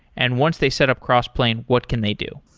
and once they set up crossplane, what can they do?